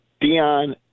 Dion